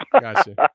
Gotcha